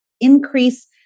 increase